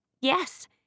Yes